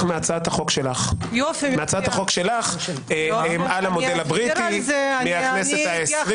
מהצעת החוק שלך יוליה על המודל הבריטי מהכנסת ה-20.